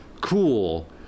cool